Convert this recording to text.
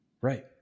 Right